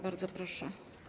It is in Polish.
Bardzo proszę.